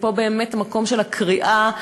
ופה באמת המקום של הקריאה.